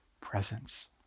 presence